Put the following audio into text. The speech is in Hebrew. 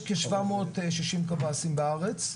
כ-760 קבסי"ם בארץ.